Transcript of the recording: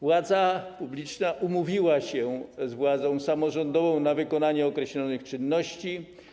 Władza publiczna umówiła się z władzą samorządową na przeprowadzenie określonych czynności.